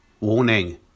warning